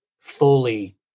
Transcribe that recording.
fully